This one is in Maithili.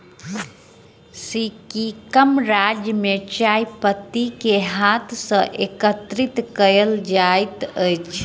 सिक्किम राज्य में चाय पत्ती के हाथ सॅ एकत्रित कयल जाइत अछि